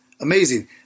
amazing